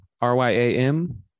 R-Y-A-M